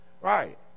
Right